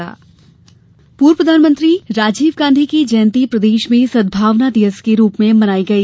सदभावना दिवस पूर्व प्रधानमंत्री राजीव गांधी की जयंती प्रदेश में सद्भावना दिवस के रूप में मनाई गई